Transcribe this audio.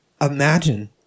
imagine